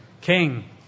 king